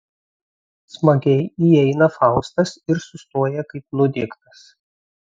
smagiai įeina faustas ir sustoja kaip nudiegtas